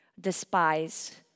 despise